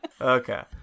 Okay